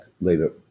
later